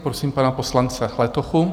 Prosím pana poslance Letochu.